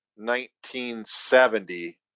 1970